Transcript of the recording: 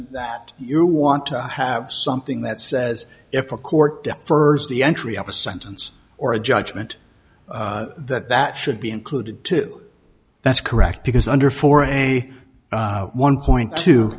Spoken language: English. just you want to have something that says if a court for the entry of a sentence or a judgment that that should be included that's correct because under for a one point t